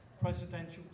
presidential